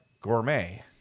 gourmet